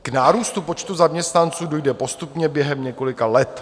K nárůstu počtu zaměstnanců dojde postupně během několika let.